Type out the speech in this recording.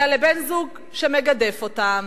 אלא לבן-זוג שמגדף אותן,